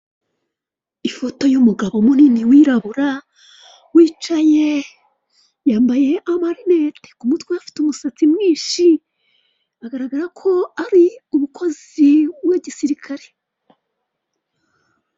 Ifoto y'umugabo munini wirabura wicaye yambaye amarinete, ku mutwe we afite umusatsi mwinshi bigaragara ko ari umukozi w'igisirikare.